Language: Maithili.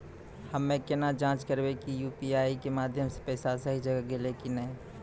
हम्मय केना जाँच करबै की यु.पी.आई के माध्यम से पैसा सही जगह गेलै की नैय?